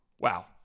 wow